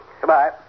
Goodbye